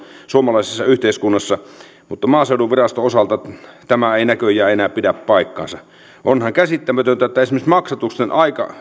suomalaisessa yhteiskunnassa mutta maaseutuviraston osalta tämä ei näköjään enää pidä paikkaansa onhan käsittämätöntä että esimerkiksi maksatusten